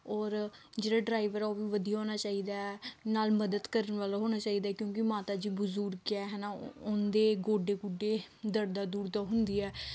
ਔਰ ਜਿਹੜਾ ਡਰਾਈਵਰ ਉਹ ਵੀ ਵਧੀਆ ਹੋਣਾ ਚਾਹੀਦਾ ਨਾਲ ਮਦਦ ਕਰਨ ਵਾਲਾ ਹੋਣਾ ਚਾਹੀਦਾ ਕਿਉਂਕਿ ਮਾਤਾ ਜੀ ਬਜ਼ੁਰਗ ਹੈ ਹੈ ਨਾ ਉਹਨਾਂ ਦੇ ਗੋਡੇ ਗੁਡੇ ਦਰਦਾਂ ਦੁਰਦਾਂ ਹੁੰਦੀ ਹੈ